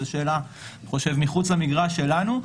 זאת שאלה מחוץ למגרש שלנו.